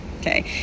okay